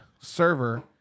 server